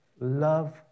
Love